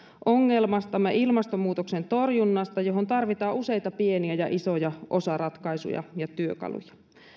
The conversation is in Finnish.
ongelmastamme ilmastonmuutoksen torjunnasta johon tarvitaan useita pieniä ja isoja osaratkaisuja ja työkaluja